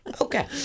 Okay